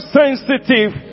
sensitive